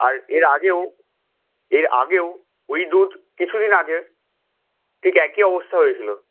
আর এর আগেও এর আগেও ওই দুধ কিছু দিন আগে ঠিক একই অবস্থা হয়েছিল